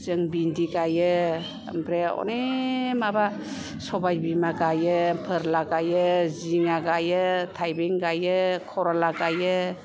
जों बिन्दि गाइयो ओमफ्राय अनेग माबा सबाय बिमा गायो फोरला गाइयो जिङा गाइयो थाइबें गाइयो खर'ला गाइयो